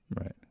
Right